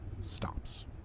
stops